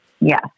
Yes